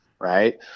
Right